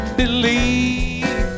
believe